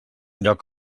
lloc